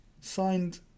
Signed